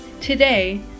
Today